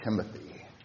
Timothy